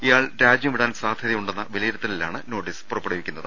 ഇയാൾ രാജ്യം പിടാൻ സാധ്യ തയുണ്ടെന്ന വിലയിരുത്തലിലാണ് നോട്ടീസ് പുറപ്പെടുവിക്കുന്നത്